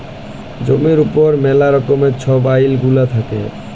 জমির উপর ম্যালা রকমের ছব আইল গুলা থ্যাকে